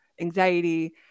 Anxiety